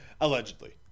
Allegedly